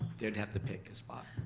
they would have to pick a spot.